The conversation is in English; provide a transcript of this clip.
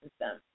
system